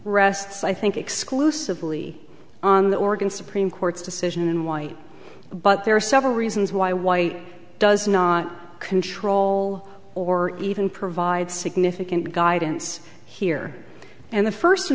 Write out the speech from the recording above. rests i think exclusively on the organ supreme court's decision and why but there are several reasons why white does not control or even provide significant guidance here and the first